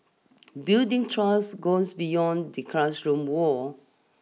building trust goes beyond the classroom walls